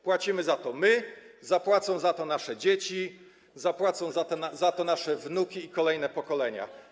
Płacimy za to my, zapłacą za to nasze dzieci, zapłacą za to nasze wnuki i kolejne pokolenia.